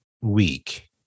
week